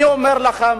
אני אומר לך,